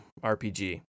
RPG